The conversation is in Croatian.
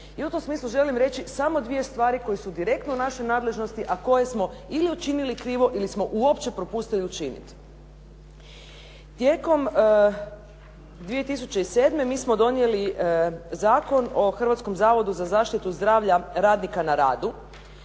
I u tom smislu želim reći samo dvije stvari koje su direktno u našoj nadležnosti, a koje smo ili učinili krivo ili smo uopće propustili učiniti. Tijekom 2007. mi smo donijeli Zakon o Hrvatskom zavodu za zaštitu zdravlja radnika na radu.